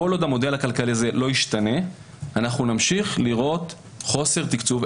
כל עוד המודל הכלכלי הזה לא ישתנה אנחנו נמשיך לראות חוסר תקצוב.